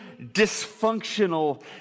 dysfunctional